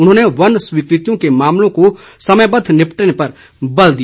उन्होंने वन स्वीकृतियों के मामलों को समयबद्व निपटाने पर बल दिया